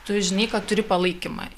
tu žinai kad turi palaikymą